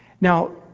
Now